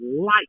light